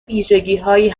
ویژگیهایی